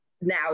Now